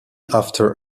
after